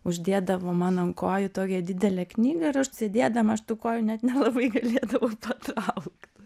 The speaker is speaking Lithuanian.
uždėdavo man ant kojų tokią didelę knygą ir aš sėdėdama tų kojų net nelabai galėdavau patraukt